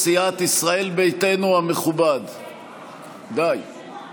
קביעת הוועדה שתדון בה